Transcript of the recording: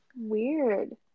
weird